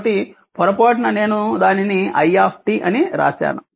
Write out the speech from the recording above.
కాబట్టి పొరపాటున నేను దానిని i అని రాసాను